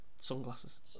Sunglasses